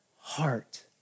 heart